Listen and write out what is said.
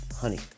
honey